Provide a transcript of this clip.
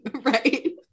Right